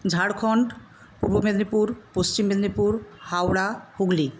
Jharkhand Purba Medinipur Paschim Medinipur Howrah Hooghly